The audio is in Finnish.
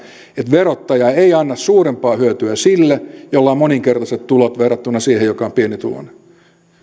että verottaja ei anna suurempaa hyötyä sille jolla on moninkertaiset tulot verrattuna siihen joka on pienituloinen